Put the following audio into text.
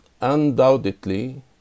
undoubtedly